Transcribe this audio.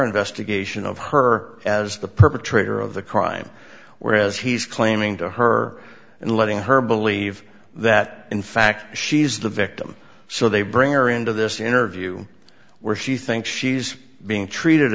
investigation of her as the perpetrator of the crime whereas he's claiming to her and letting her believe that in fact she's the victim so they bring her into this interview where she thinks she's being treated